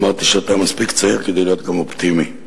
אמרתי שאתה מספיק צעיר כדי להיות גם אופטימי.